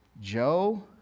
Joe